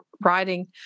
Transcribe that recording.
writing